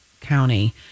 County